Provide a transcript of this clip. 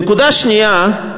נקודה שנייה,